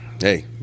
hey